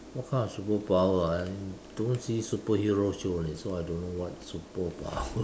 what kind of superpower I don't see superhero show leh so I don't know what superpower